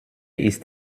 ist